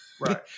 right